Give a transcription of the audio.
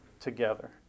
together